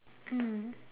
mm